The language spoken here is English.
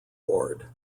award